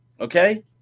okay